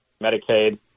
Medicaid